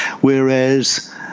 Whereas